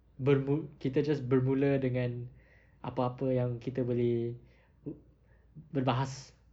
bermu~ kita just bermula dengan apa-apa yang kita boleh uh berbahas